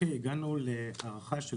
הגענו להערכה של